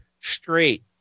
straight